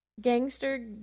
gangster